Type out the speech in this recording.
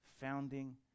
founding